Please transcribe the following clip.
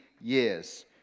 years